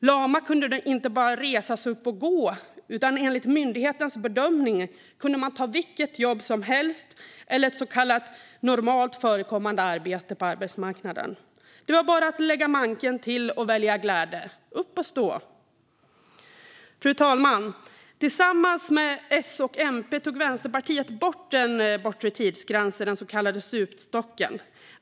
Lama kunde inte bara resa sig upp och gå, utan enligt myndighetens bedömning kunde de ta vilket jobb som helst - eller ett så kallat normalt förekommande arbete. Det var bara att lägga manken till och välja glädje. Upp och stå! Fru talman! Tillsammans med S och MP tog Vänsterpartiet bort den bortre tidsgränsen, den så kallade stupstocken.